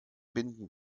binden